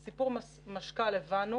את סיפור משכ"ל הבנו,